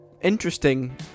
interesting